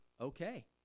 Okay